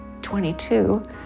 22